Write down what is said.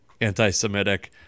anti-semitic